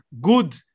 good